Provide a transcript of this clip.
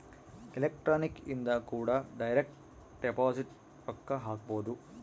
electronic ಇಂದ ಕೂಡ direct deposit ರೊಕ್ಕ ಹಾಕ್ಬೊದು